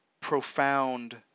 profound